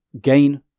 gain